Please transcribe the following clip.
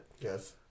Yes